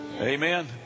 Amen